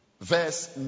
Verse